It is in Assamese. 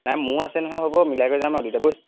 নাই মোৰ আছে নহয় হ'ব মিলাই কৰি যাম আৰু দুয়োটা বৈ